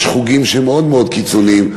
יש חוגים מאוד מאוד קיצוניים,